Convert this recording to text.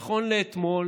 נכון לאתמול